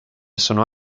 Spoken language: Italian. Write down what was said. sono